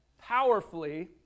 powerfully